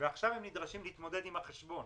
ועכשיו הם נדרשים להתמודד עם החשבון.